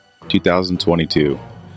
2022